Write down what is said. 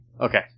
Okay